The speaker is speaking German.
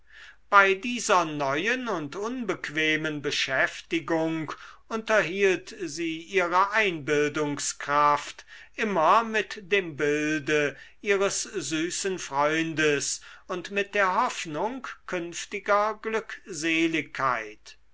bei dieser neuen und unbequemen beschäftigung unterhielt sie ihre einbildungskraft immer mit dem bilde ihres süßen freundes und mit der hoffnung künftiger glückseligkeit